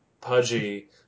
pudgy